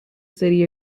city